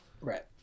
right